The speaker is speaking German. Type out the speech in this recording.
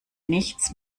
nichts